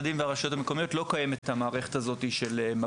לא קיימת המערכת הזאת של המשטרה,